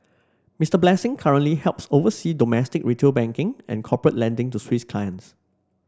Mister Blessing currently helps oversee domestic retail banking and corporate lending to Swiss clients